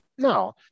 No